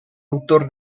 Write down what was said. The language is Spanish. autor